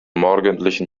morgendlichen